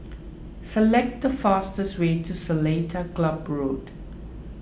select the fastest way to Seletar Club Road